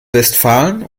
westfalen